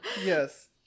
Yes